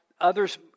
others